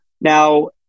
now